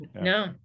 No